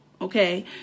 okay